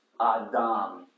Adam